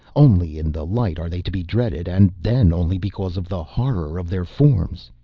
only in the light are they to be dreaded and then only because of the horror of their forms.